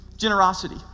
Generosity